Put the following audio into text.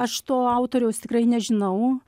aš to autoriaus tikrai nežinau